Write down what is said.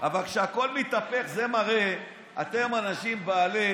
אבל כשהכול מתהפך, זה מראה שאתם אנשים בעלי